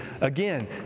again